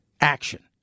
action